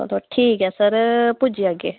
चलो ठीक ऐ सर पुज्जी आग्गे